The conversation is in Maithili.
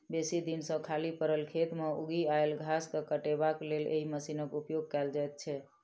बेसी दिन सॅ खाली पड़ल खेत मे उगि आयल घास के काटबाक लेल एहि मशीनक उपयोग कयल जाइत छै